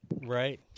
right